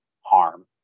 harm